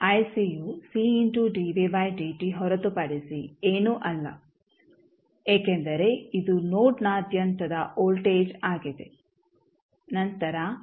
you ಹೊರತುಪಡಿಸಿ ಏನೂ ಅಲ್ಲ ಏಕೆಂದರೆ ಇದು ನೋಡ್ನಾದ್ಯಂತದ ವೋಲ್ಟೇಜ್ ಆಗಿದೆ